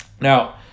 Now